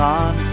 on